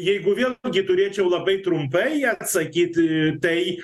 jeigu vėlgi turėčiau labai trumpai atsakyti tai